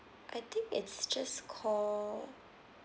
I think it's just called